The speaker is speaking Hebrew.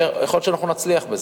ויכול להיות שאנחנו נצליח בזה.